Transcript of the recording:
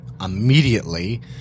immediately